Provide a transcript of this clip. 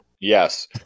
Yes